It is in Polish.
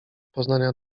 poznania